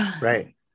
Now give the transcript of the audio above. right